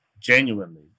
genuinely